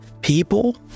people